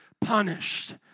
punished